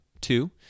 Two